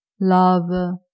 love